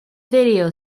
video